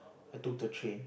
I took the train